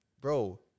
Bro